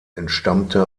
entstammte